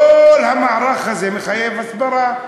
כל המערך הזה מחייב הסברה.